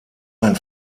ein